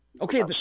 Okay